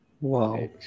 Wow